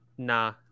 Nah